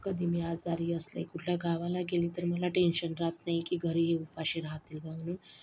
कधी मी आजारी असले कुठल्या गावाला गेले तर मला टेन्शन राहत नाही की घरी हे उपाशी राहतील म्हणून